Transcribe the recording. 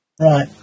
Right